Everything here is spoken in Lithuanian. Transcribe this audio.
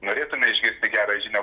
norėtume išgirsti gerą žinią